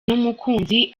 n’umukunzi